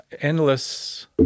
endless